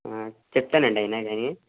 చెప్తానండి అయినా కానీ